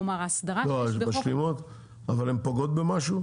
כלומר -- לא, אבל הן פוגעות במשהו?